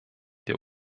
der